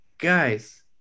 Guys